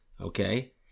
okay